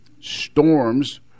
Storms